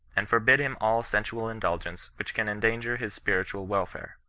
and forbid him all sensual indulgence which can endanger his spiritual welfare.